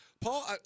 Paul